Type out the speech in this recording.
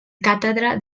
càtedra